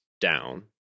down